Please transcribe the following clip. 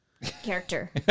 Character